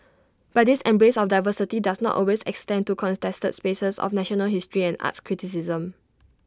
but this embrace of diversity does not always extend to contested spaces of national history and arts criticism